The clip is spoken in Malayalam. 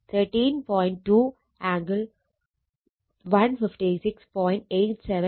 2 ആംഗിൾ 156